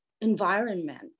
environment